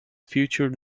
future